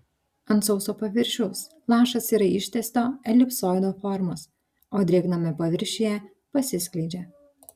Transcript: ant sauso paviršiaus lašas yra ištęsto elipsoido formos o drėgname paviršiuje pasiskleidžia